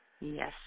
Yes